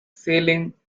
sailing